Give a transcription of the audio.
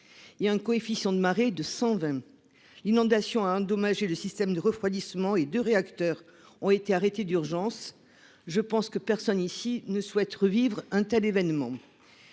et sur un coefficient de marée de 120. L'inondation a endommagé le système de refroidissement et deux réacteurs ont été arrêtés en urgence. Je pense que personne ici ne souhaite revivre un tel événement.